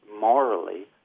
morally